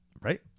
Right